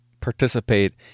participate